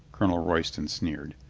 colonel roy ston sneered.